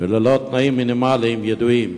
וללא תנאים מינימליים, ידועות.